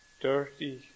dirty